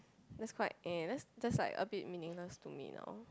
that's quite eh that's just like a bit meaningless to me now